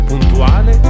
Puntuale